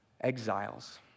Exiles